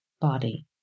body